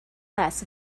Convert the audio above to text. less